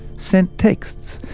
sent texts,